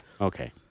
Okay